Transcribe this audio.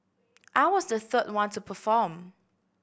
I was the third one to perform